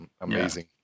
amazing